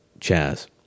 Chaz